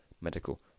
medical